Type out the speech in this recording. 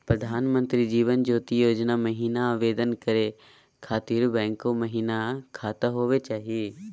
प्रधानमंत्री जीवन ज्योति योजना महिना आवेदन करै खातिर बैंको महिना खाता होवे चाही?